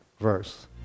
verse